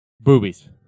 boobies